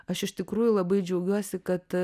aš iš tikrųjų labai džiaugiuosi kad